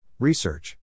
Research